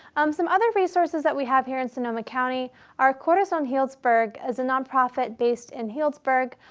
um some other resources that we have here in sonoma county are corazon healdsburg is a nonprofit based in healdsburg.